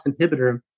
inhibitor